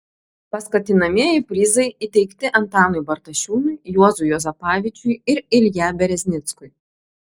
paskatinamieji prizai įteikti antanui bartašiūnui juozui juozapavičiui ir ilja bereznickui